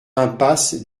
impasse